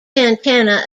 antenna